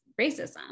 racism